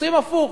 עושים הפוך,